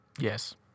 Yes